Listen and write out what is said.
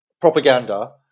propaganda